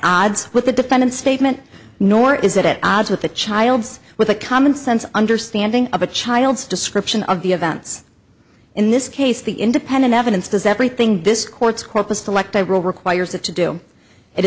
odds with the defendant's statement nor is it at odds with the child's with a commonsense understanding of a child's description of the events in this case the independent evidence does everything this court's corpus dellec the requires it to do it